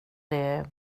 det